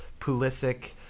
Pulisic